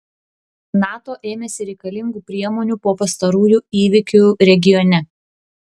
nato ėmėsi reikalingų priemonių po pastarųjų įvykių regione